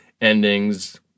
endings